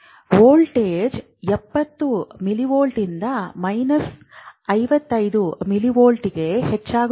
voltage ಎಪ್ಪತ್ತು ಮಿಲಿವೋಲ್ಟ್ಗಳಿಂದ minus 55 ಮಿಲಿವೋಲ್ಟ್ಗಳಿಗೆ ಹೆಚ್ಚಾಗುತ್ತದೆ